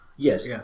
Yes